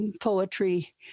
poetry